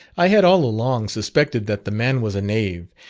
i had all along suspected that the man was a knave,